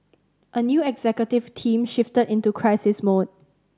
a new executive team shifted into crisis mode